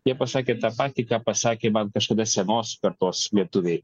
jie pasakė tą patį ką pasakė man kažkada senos kartos lietuviai